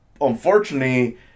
unfortunately